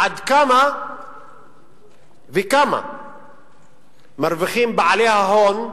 עד כמה וכמה מרוויחים בעלי ההון,